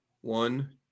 One